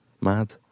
mad